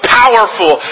powerful